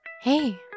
Hey